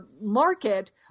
market